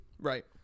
Right